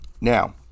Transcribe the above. now